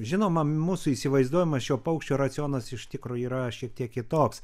žinoma mūsų įsivaizduojamas šio paukščio racionas iš tikro yra šiek tiek kitoks